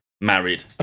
married